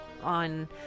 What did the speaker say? on